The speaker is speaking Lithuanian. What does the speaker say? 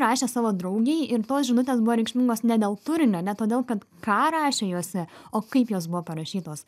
rašė savo draugei ir tos žinutės buvo reikšmingos ne dėl turinio ne todėl kad ką rašė jose o kaip jos buvo parašytos